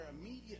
immediate